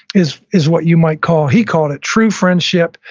is is what you might call, he called it true friendship.